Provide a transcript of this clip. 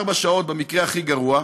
ארבע שעות במקרה הכי גרוע,